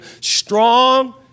Strong